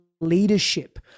leadership